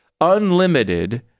unlimited